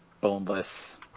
boneless